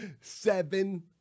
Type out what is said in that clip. Seven